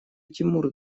тимур